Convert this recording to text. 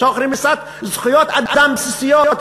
תוך רמיסת זכויות אדם בסיסיות,